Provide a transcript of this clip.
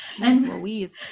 Louise